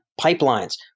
pipelines